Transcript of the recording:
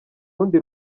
rundi